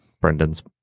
Brendan's